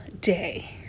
day